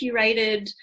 curated